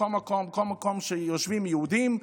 בכל מקום שיושבים יהודים,